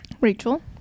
Rachel